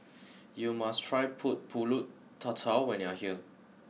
you must try put Pulut Tatal when you are here